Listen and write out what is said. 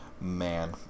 Man